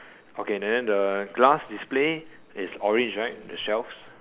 okay then the glass display is orange right the shelf